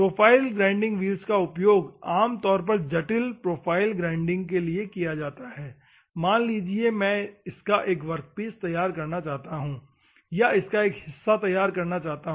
profile grinding wheels का उपयोग आम तौर पर जटिल प्रोफाइल ग्राइंडिंग के लिए किया जाता है मान लीजिए कि मैं इसका एक वर्कपीस तैयार करना चाहता हूं या इसका एक हिस्सा तैयार करना चाहता हूं